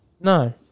No